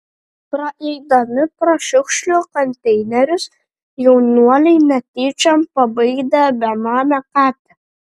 praeidami pro šiukšlių konteinerius jaunuoliai netyčiom pabaidė benamę katę